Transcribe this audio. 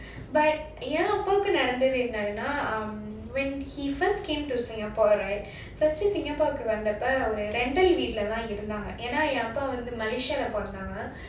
but என் அப்பாகும் நடந்தது என்னன்னா:en appakum nadanthutu ennanna um when he first came to singapore right firstly singapore வந்தப்ப ஒரு:vandhappa oru rental வீட்லதா இருந்தாங்க ஏன்னா எங்க அப்பா:veetlathaa irundhaanga yaennaa enga appa malaysia leh பிறந்தாங்க:pirandhaanga